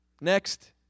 Next